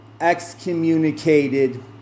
excommunicated